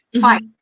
fight